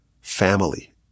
family